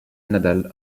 nadal